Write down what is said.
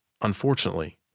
Unfortunately